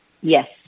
Yes